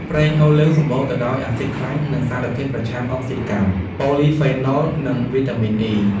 ប្រេងអូលីវ សម្បូរទៅដោយអាស៊ីដខ្លាញ់ និងសារធាតុប្រឆាំងអុកស៊ីតកម្ម ប៉ូលីហ្វេណុល (Polyphenols) និង វីតាមីន អុី (E)។